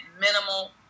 minimal